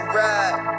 ride